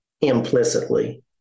implicitly